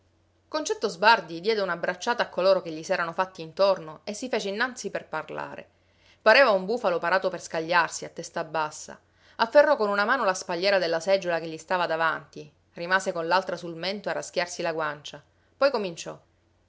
concetto sbardi diede una bracciata a coloro che gli s'erano fatti intorno e si fece innanzi per parlare pareva un bufalo parato per scagliarsi a testa bassa afferrò con una mano la spalliera della seggiola che gli stava davanti rimase con l'altra sul mento a raschiarsi la guancia poi cominciò